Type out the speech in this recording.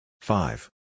Five